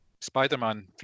Spider-Man